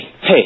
hey